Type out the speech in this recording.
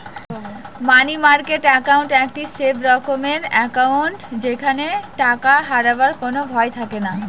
মানি market account একটি safe রকমের account যেখানে টাকা হারাবার কোনো ভয় থাকেনা